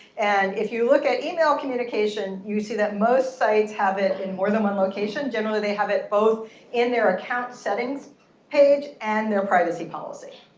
and if you look at email communication, you see that most sites have it in more than one location. generally they have it both in their account settings page and their privacy policy.